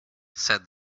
said